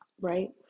right